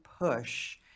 push